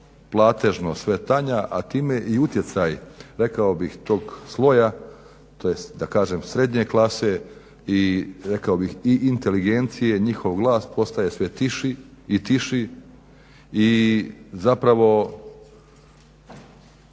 sve tanja, a time i utjecaj rekao bih tog sloja tj. da kažem srednje klase i rekao bih i inteligencije, njihov glas postaje sve tiši i tiši i zapravo